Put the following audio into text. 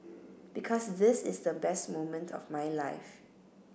because this is the best moment of my life